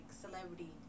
celebrity